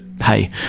hey